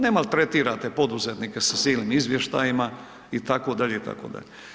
Ne maltretirate poduzetnike sa silnim izvještajima itd. itd.